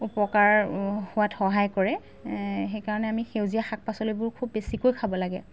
উপকাৰ হোৱাত সহায় কৰে সেইকাৰণে আমি সেউজীয়া শাক পাচলিবোৰ খুব বেছিকৈ খাব লাগে